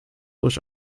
durch